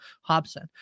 hobson